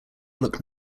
look